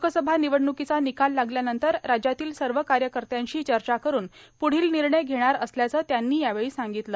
लोकसभा र्निवडण्कर्कांचा र्निकाल लागल्यानंतर राज्यातील सव कायकत्याशी चचा करून प्रढोल निणय घेणार असल्याचं त्यांनी यावेळी सांगितलं